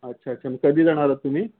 अच्छा अच्छा मग कधी जाणार आहात तुम्ही